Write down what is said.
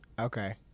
Okay